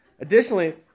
Additionally